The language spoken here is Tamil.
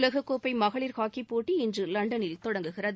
உலக கோப்பை மகளிர் ஹாக்கிப் போட்டி இன்று லண்டனில் தொடங்குகிறது